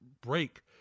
break